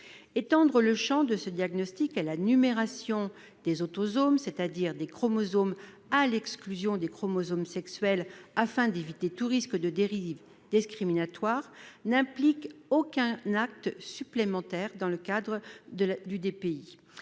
Étendre son champ à la numération des autosomes, c'est-à-dire des chromosomes non sexuels, afin d'éviter tout risque de dérive discriminatoire, n'implique aucun acte supplémentaire dans le cadre du DPI.